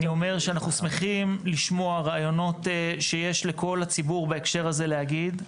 אני אומר שאנחנו שמחים לשמוע רעיונות שיש לכל הציבור בהקשר הזה להגיד,